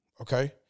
Okay